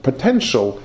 Potential